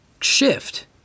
shift